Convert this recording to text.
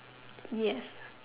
yes